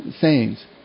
sayings